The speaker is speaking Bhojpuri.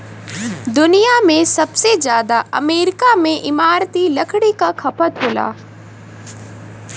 दुनिया भर में सबसे जादा अमेरिका में इमारती लकड़ी क खपत होला